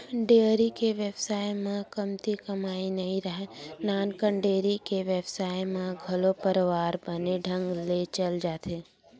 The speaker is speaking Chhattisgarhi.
डेयरी के बेवसाय म कमती कमई नइ राहय, नानकन डेयरी के बेवसाय म घलो परवार बने ढंग ले चल जाथे